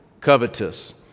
covetous